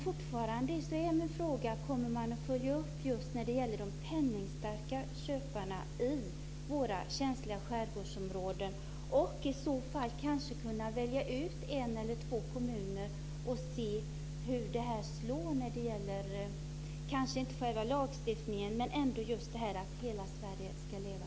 Fortfarande är min fråga: Kommer man att följa upp just de penningstarka köparna i våra känsliga skärgårdsområden och i så fall kanske välja ut en eller två kommuner för att se hur detta slår - inte när de gäller lagstiftningen utan detta att hela Sverige ska leva?